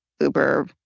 Uber